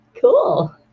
Cool